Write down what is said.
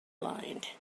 lined